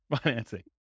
financing